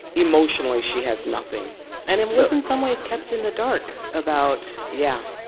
emotionally, she has nothing and it was, in some ways, kept in the dark about. yeah.